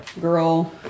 girl